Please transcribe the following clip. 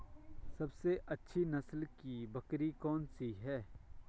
सबसे अच्छी नस्ल की बकरी कौन सी है?